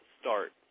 start